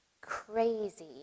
crazy